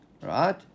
right